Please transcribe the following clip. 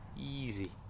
Easy